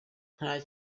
nta